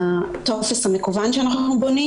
טופס מקוון.